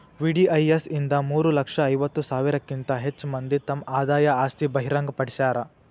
VDIS ಇಂದ ಮೂರ ಲಕ್ಷ ಐವತ್ತ ಸಾವಿರಕ್ಕಿಂತ ಹೆಚ್ ಮಂದಿ ತಮ್ ಆದಾಯ ಆಸ್ತಿ ಬಹಿರಂಗ್ ಪಡ್ಸ್ಯಾರ